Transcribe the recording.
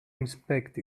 inspect